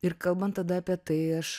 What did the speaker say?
ir kalban tada apie tai aš